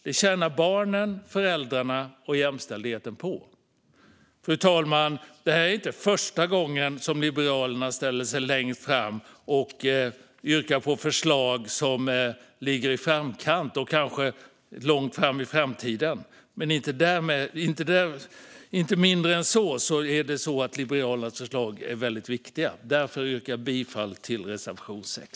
Det tjänar barnen, föräldrarna och jämställdheten på. Fru talman! Det här är inte första gången som Liberalerna ställer sig längst fram och yrkar på förslag som ligger i framkant och kanske långt fram i framtiden. Icke desto mindre är Liberalernas förslag väldigt viktiga. Jag yrkar därför bifall till reservation 6.